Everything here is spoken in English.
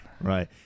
Right